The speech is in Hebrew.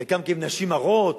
חלקם נשים הרות,